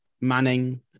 Manning